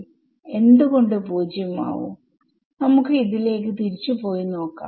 വിദ്യാർത്ഥി എന്ത് കൊണ്ട് 0 ആവും നമുക്ക് ഇതിലേക്ക് തിരിച്ചു പോയി നോക്കാം